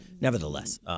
nevertheless